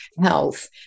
health